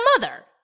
mother